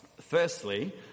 Firstly